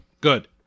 Good